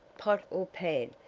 pot or pan,